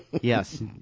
Yes